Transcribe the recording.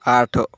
ଆଠ